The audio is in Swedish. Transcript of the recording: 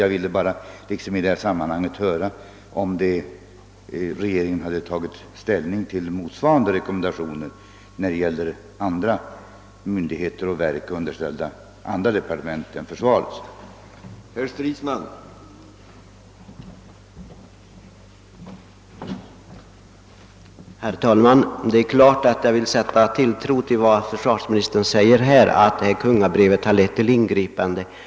Jag ville i detta sammanhang bara höra om regeringen tagit ställning till motsvarande rekommendationer när det gäller myndigheter och verk underställda andra departement än försvarsdepartementet.